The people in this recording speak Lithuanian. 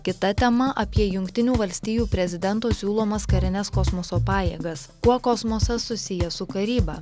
kita tema apie jungtinių valstijų prezidento siūlomas karines kosmoso pajėgas kuo kosmosas susijęs su karyba